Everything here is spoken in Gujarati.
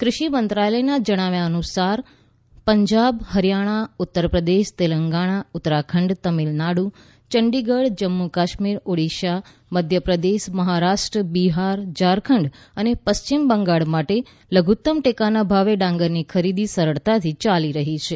ક઼ષિ મંત્રાલયના જણાવ્યા અનુસાર પંજાબ હરિયાણા ઉત્તર પ્રદેશ તેલંગાણા ઉત્તરાખંડ તમિલનાડુ ચંદીગઢ જમ્મુ કાશ્મીર ઓડિશા મધ્યપ્રદેશ મહારાષ્ટ્ર બિહાર ઝારખંડ અને પશ્ચિમ બંગાળ માટે લધુત્તમ ટેકાના ભાવે ડાંગરની ખરીદી સરળતાથી યાલી રહી છે